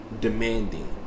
demanding